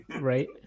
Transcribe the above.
Right